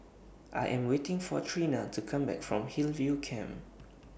I Am waiting For Trena to Come Back from Hillview Camp